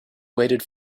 waited